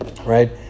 right